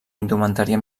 indumentària